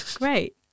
great